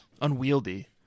unwieldy